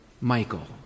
Michael